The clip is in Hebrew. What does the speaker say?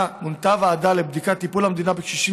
מונתה ועדה לבדיקת טיפול המדינה בקשישים